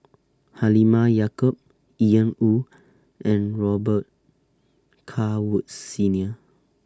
Halimah Yacob Ian Woo and Robet Carr Woods Senior